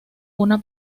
una